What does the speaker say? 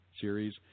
series